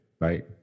Right